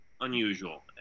unusual